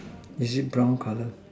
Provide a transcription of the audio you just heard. is it brown colour